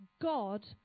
God